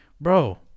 bro